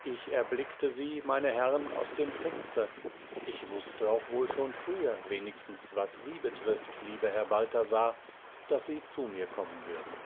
ich erblickte sie meine herrn aus dem fenster ich wußte auch wohl schon früher wenigstens was sie betrifft lieber herr balthasar daß sie zu mir kommen würden